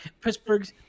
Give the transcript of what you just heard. Pittsburgh